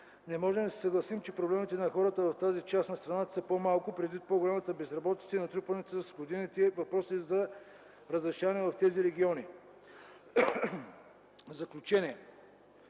Не можем да се съгласим, че проблемите на хората в тази част на страната са по-малко, предвид по-голямата безработица и натрупаните с годините въпроси за разрешаване в тези региони. Заключение